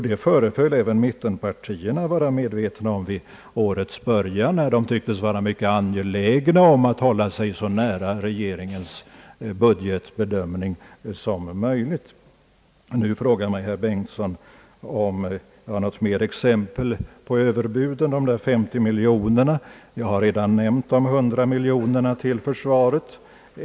Det föreföll även mittenpartierna vara medvetna om vid årets början, när de tycktes vara mycket angelägna om att hålla sig så nära regeringens budgetbedömning som möjligt. Herr Bengtson frågar nu, om det finns något mer exempel på överbud än de 50 miljoner kronor som här nämnts. Jag har redan nämnt dessa 100 miljoner kronor till försvaret.